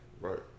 Right